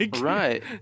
right